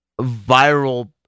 viral